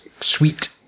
sweet